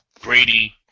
Brady